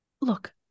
look